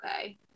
okay